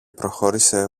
προχώρησε